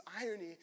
irony